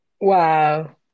Wow